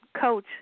Coach